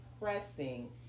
pressing